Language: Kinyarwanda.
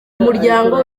muryango